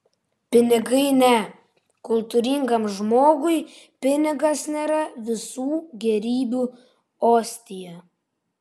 pinigai ne kultūringam žmogui pinigas nėra visų gėrybių ostija